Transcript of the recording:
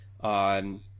on